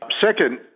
Second